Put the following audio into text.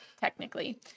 technically